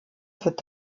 wird